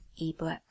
ebook